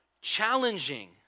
challenging